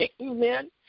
Amen